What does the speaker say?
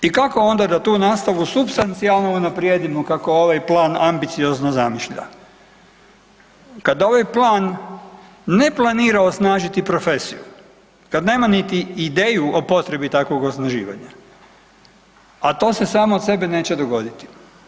I kako onda da tu nastavu supstancijalno unaprijedimo kako ovaj plan ambiciozno zamišlja kad ovaj plan ne planira osnažiti profesiju, kad nema niti ideju o potrebi takvog osnaživanja, a to se samo od sebe neće dogoditi.